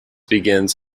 begins